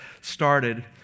started